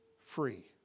free